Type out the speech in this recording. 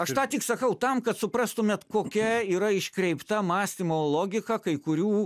aš tą tik sakau tam kad suprastumėt kokia yra iškreipta mąstymo logika kai kurių